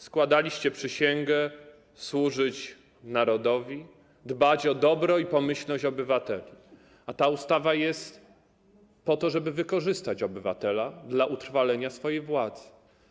Składaliście przysięgę: służyć narodowi, dbać o dobro i pomyślność obywateli, a ta ustawa jest po to, żeby wykorzystać obywatela dla utrwalenia swojej władzy.